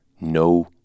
no